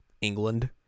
England